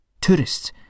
Tourists